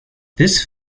this